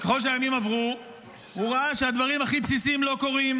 ככל שהימים עברו הוא ראה שהדברים הכי בסיסיים לא קורים.